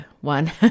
one